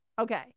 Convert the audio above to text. Okay